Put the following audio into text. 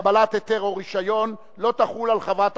בקבלת היתר או רשיון לא תחול על חברת